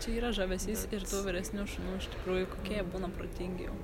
čia yra žavesys ir tų vyresnių šunų iš tikrųjų kokie jie būna protingi jau